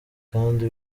kandi